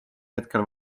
hetkel